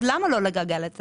למה לו לגלגל את זה?